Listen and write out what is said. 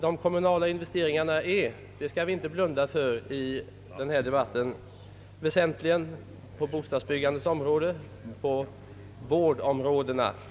De kommunala investeringarna sker — det skall vi inte blunda för i denna debatt — väsentligen på bostadsbyggandets område och på vårdområdena.